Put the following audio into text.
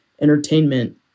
entertainment